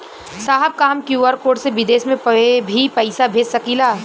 साहब का हम क्यू.आर कोड से बिदेश में भी पैसा भेज सकेला?